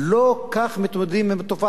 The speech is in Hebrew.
לא כך מתמודדים עם התופעה,